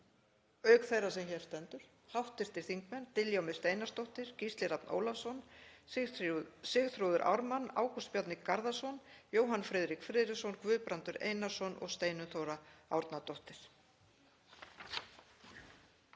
auk þeirrar sem hér stendur, hv. þingmenn Diljá Mist Einarsdóttir, Gísli Rafn Ólafsson, Sigþrúður Ármann, Ágúst Bjarni Garðarsson, Jóhann Friðrik Friðriksson, Guðbrandur Einarsson og Steinunn Þóra Árnadóttir.